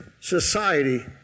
society